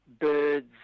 birds